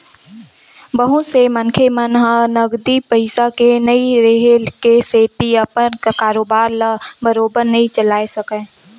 बहुत से मनखे मन ह नगदी पइसा के नइ रेहे के सेती अपन कारोबार ल बरोबर नइ चलाय सकय